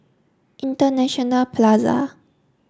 International Plaza